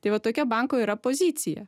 tai va tokia banko yra pozicija